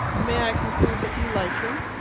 may i conclude that you like him?